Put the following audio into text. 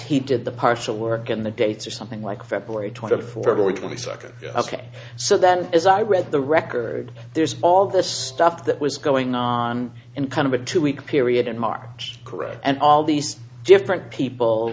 he did the partial work and the dates or something like february twenty fourth twenty second ok so then as i read the record there's all this stuff that was going on in kind of a two week period in march correct and all these different people